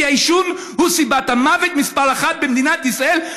כי העישון הוא סיבת המוות מספר אחת במדינת ישראל,